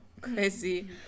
Crazy